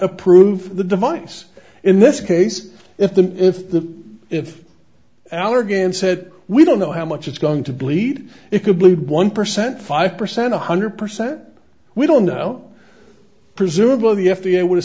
approve the device in this case if the if the if allergy and said we don't know how much it's going to bleed it could lead one percent five percent one hundred percent we don't know presumably the f d a would have